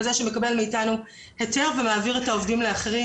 כזה שמקבל מאתנו היתר ומעביר את העובדים לאחרים,